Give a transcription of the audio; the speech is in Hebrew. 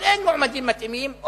אבל אין מועמדים מתאימים,